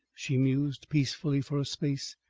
she mused peacefully for a space.